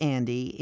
Andy